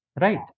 right